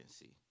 see